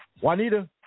Juanita